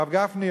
והרב גפני,